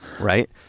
right